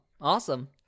awesome